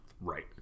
Right